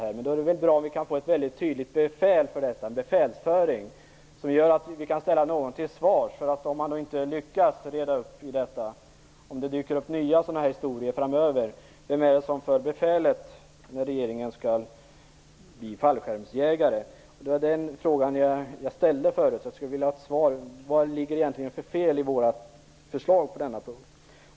Det är väl bra om vi kan få en mycket tydlig befälsföring för detta, som gör att vi kan ställa någon till svars, om man inte lyckas reda upp i detta, så att det dyker upp nya sådana här historier framöver. Den fråga som jag tidigare ställde var vem som för befälet när regeringen skall agera fallskärmsjägare. Jag skulle vilja få ett svar. Vad var det egentligen för fel på vårt förslag på den här punkten?